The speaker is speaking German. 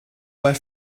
bei